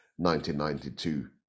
1992